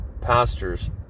pastors